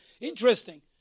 Interesting